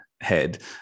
head